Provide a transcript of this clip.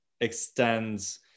extends